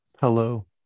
hello